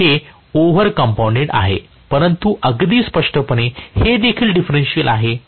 तर हे over compounded आहे परंतु अगदी स्पष्टपणे हे देखील डिफरेंशियल आहे